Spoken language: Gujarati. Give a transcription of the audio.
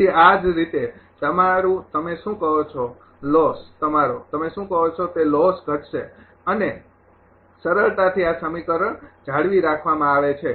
તેથી આ રીતે કે જે તમારું તમે શું કહો છો લોસ તમારો તમે શું કહો છો તે લોસ ઘટશે અને સરળતાથી સરળ સમીકરણ જાળવી રાખવામાં આવે છે